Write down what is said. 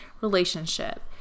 relationship